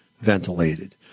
ventilated